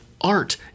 art